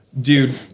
dude